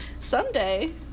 Someday